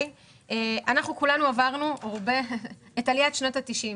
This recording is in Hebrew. אנחנו כולנו עברנו את עליית שנות ה-90'.